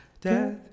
Death